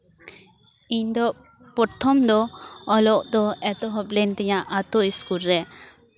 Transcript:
ᱤᱧ ᱫᱚ ᱯᱨᱚᱛᱷᱚᱢ ᱫᱚ ᱚᱞᱚᱜ ᱫᱚ ᱮᱛᱚᱦᱚᱵ ᱞᱮᱱ ᱛᱤᱧᱟ ᱟᱛᱳ ᱤᱥᱠᱩᱞ ᱨᱮ